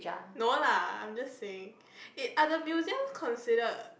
no lah I'm just saying eh are the museums considered